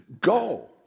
go